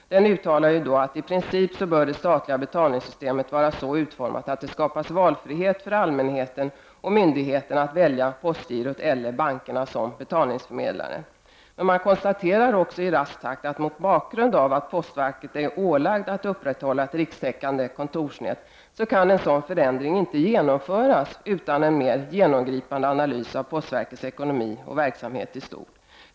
I denna uttalas att det statliga betalningssystemet i princip bör vara så utformat att det skapas valfrihet för allmänheten och myndigheterna att välja postgirot eller bankerna som betalningsförmedlare. Men man konstaterar också i rask takt att mot bakgrund av att postverket är ålagt att upprätthålla ett rikstäckande kontorsnät kan en sådan förändring inte genomföras utan en mer genomgripande analys av postverkets ekonomi och verksamhet i stort.